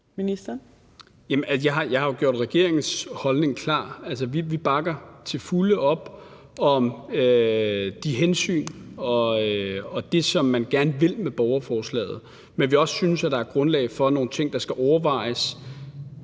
jeg har jo gjort regeringens holdning klar. Altså, vi bakker til fulde op om de hensyn og det, som man gerne vil med borgerforslaget. Men vi synes også, der er grundlag for nogle ting, som skal overvejes